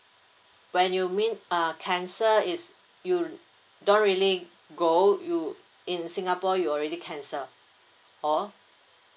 when you mean uh cancelled it's you don't really go you in singapore you already cancelled or